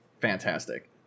fantastic